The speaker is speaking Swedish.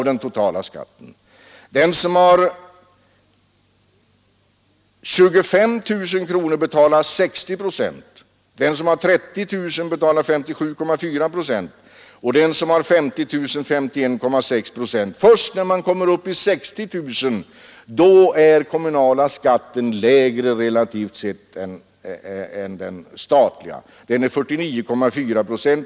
Den som har 25 000 betalar 60 procent, den som har 30 000 betalar 57,4 procent och den som har 50 000 betalar 51,6 procent. Först när man kommer upp i 60 000 kronors inkomst är den kommunala skatten lägre relativt sett än den statliga, nämligen 49,4 procent.